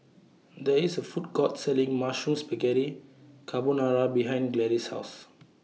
There IS A Food Court Selling Mushroom Spaghetti Carbonara behind Gladis' House